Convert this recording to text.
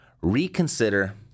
reconsider